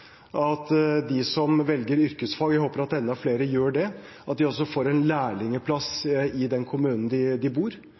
at de som velger yrkesfag – jeg håper at enda flere gjør det – også får en lærlingeplass